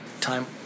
time